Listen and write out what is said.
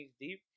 deep